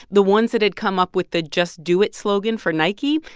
the ones that had come up with the just do it slogan for nike.